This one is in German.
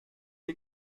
sie